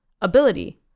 Ability